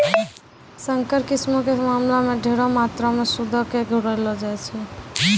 संकर किस्मो के मामला मे ढेरी मात्रामे सूदो के घुरैलो जाय छै